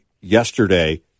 yesterday